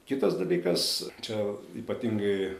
kitas dalykas čia ypatingai